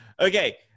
Okay